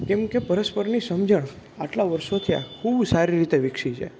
કેમકે પરસ્પરની સમજણ આટલા વર્ષો થયાં ખૂબ સારી રીતે વિકસી છે